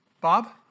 Bob